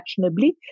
actionably